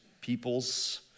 peoples